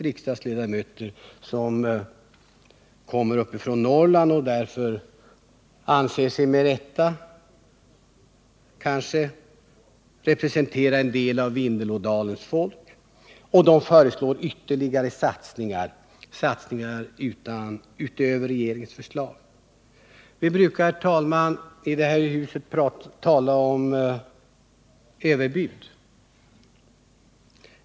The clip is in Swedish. Riksdagsledamöter från Norrland tillhörande det socialdemokratiska partiet, har motionerat om ytterligare satsningar utöver regeringens 102 förslag. Vi brukar, herr talman, i det här huset tala om överbud.